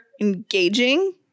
engaging